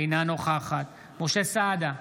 אינה נוכחת משה סעדה,